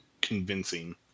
convincing